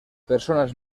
personas